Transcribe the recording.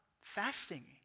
fasting